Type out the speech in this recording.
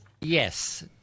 Yes